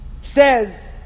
says